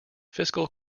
fiscal